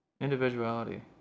Individuality